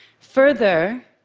further,